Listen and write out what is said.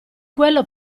quello